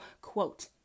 quote